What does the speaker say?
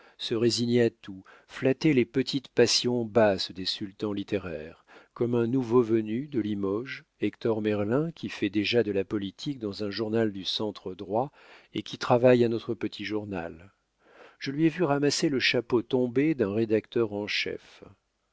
se résigner à tout flatter les petites passions basses des sultans littéraires comme un nouveau venu de limoges hector merlin qui fait déjà de la politique dans un journal du centre droit et qui travaille à notre petit journal je lui ai vu ramasser le chapeau tombé d'un rédacteur en chef